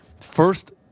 First